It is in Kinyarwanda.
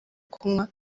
kunywa